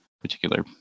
particular